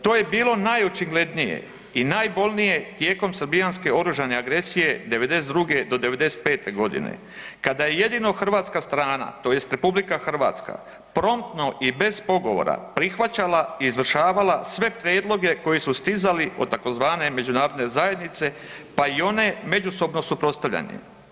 To je bilo najočiglednije i najbolnije tijekom srbijanske oružane agresije '92. do '95.g. kada je jedino hrvatska strana tj. RH promptno i bez pogovora prihvaćala i izvršavala sve prijedloge koji su stizali od tzv. međunarodne zajednice, pa i one međusobno suprotstavljene.